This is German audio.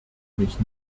mich